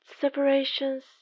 separations